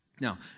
Now